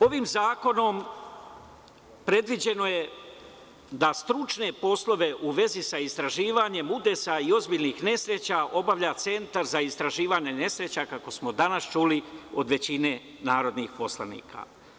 Ovim zakonom predviđeno je da stručne poslove u vezi sa istraživanjem udesa i ozbiljnih nesreća obavlja Centar za istraživanje nesreća kako smo danas čuli od većine narodnih poslanika.